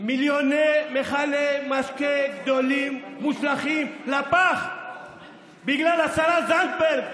מיליוני מכלי משקה גדולים מושלכים לפח בגלל השרה זנדברג,